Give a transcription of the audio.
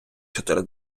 чотири